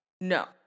No